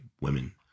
women